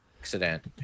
accident